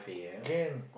can